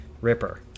Ripper